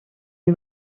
une